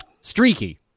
streaky